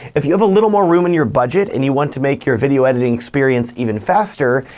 if you have a little more room in your budget and you want to make your video editing experience even faster,